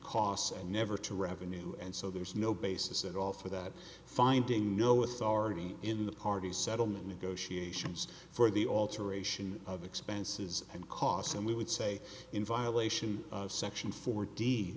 costs and never to revenue and so there's no basis at all for that finding no authority in the parties settlement negotiations for the alteration of expenses and costs and we would say in violation of section four d